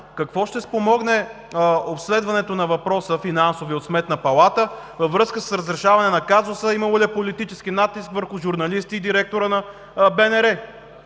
какво ще спомогне обследването на финансовия въпрос от Сметната палата във връзка с разрешаване на казуса имало ли е политически натиск върху журналисти и директора на БНР?